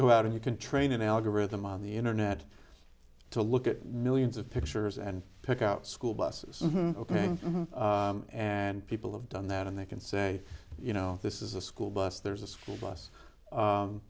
go out and you can train an algorithm on the internet to look at millions of pictures and pick out school buses ok and people have done that and they can say you know this is a school bus there's a school bus